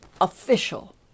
official